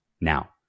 Now